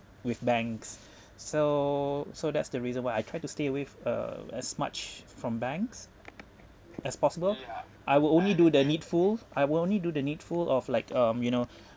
with banks so so that's the reason why I try to stay away with uh as much from banks as possible I will only do the needful I will only do the needful of like um you know